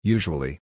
Usually